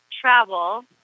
travel